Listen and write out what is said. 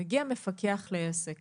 מגיע מפקח לעסק